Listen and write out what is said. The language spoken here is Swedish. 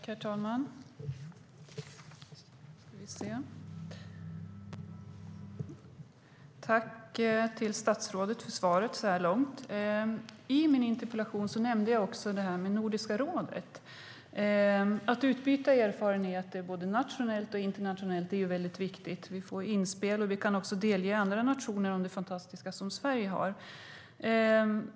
Herr talman! Tack, statsrådet, för svaret så här långt! I min interpellation nämnde jag Nordiska rådet. Att utbyta erfarenhet både nationellt och internationellt är väldigt viktigt. Vi kan få inspel och också delge andra nationer det fantastiska som Sverige har att erbjuda.